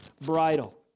bridle